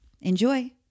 enjoy